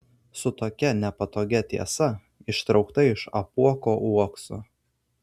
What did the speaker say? su tokia nepatogia tiesa ištraukta iš apuoko uokso